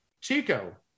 Chico